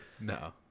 No